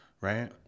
right